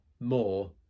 more